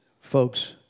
folks